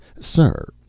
Sir